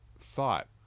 thought